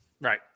Right